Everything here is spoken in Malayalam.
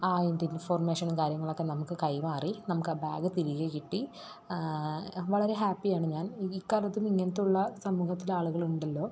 അതിൻ്റെ ഇൻഫോർമേഷനും കാര്യങ്ങളൊക്കെ നമുക്ക് കൈമാറി നമുക്കാ ബാഗ് തിരികെ കിട്ടി വളരെ ഹാപ്പിയാണ് ഞാൻ ഈ കാലത്തും ഇങ്ങനത്തുള്ള സമൂഹത്തിൽ ആളുകളുണ്ടല്ലോ